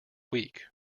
week